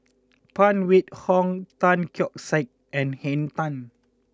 Phan Wait Hong Tan Keong Saik and Henn Tan